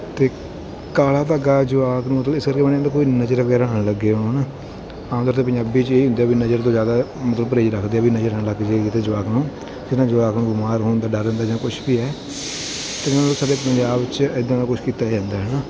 ਅਤੇ ਕਾਲਾ ਧਾਗਾ ਜਵਾਕ ਨੂੰ ਮਤਲਬ ਇਸ ਕਰਕੇ ਬੰਨ੍ਹਿਆ ਜਾਂਦਾ ਕਿਉਕਿ ਨਜ਼ਰ ਵਗੈਰਾ ਨਾ ਲੱਗੇ ਉਹਨੂੰ ਹੈ ਨਾ ਤਾਂ ਕਰਕੇ ਪੰਜਾਬੀ 'ਚ ਇਹ ਹੀ ਹੁੰਦਾ ਵੀ ਨਜ਼ਰ ਤੋਂ ਜ਼ਿਆਦਾ ਮਤਲਬ ਪਰਹੇਜ ਰੱਖਦੇ ਹੈ ਵੀ ਨਜ਼ਰ ਨਾ ਲੱਗ ਜੇ ਕੀਤੇ ਜਵਾਕ ਨੂੰ ਜਿਹਦੇ ਨਾਲ ਜਵਾਕ ਨੂੰ ਬਿਮਾਰ ਹੋਣ ਦਾ ਡਰ ਰਹਿੰਦਾ ਜਾਂ ਕੁਛ ਵੀ ਹੈ ਅਤੇ ਮਤਲਬ ਸਾਡੇ ਪੰਜਾਬ 'ਚ ਇੱਦਾਂ ਦਾ ਕੁਝ ਕੀਤਾ ਜਾਂਦਾ ਹੈ ਨਾ